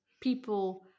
people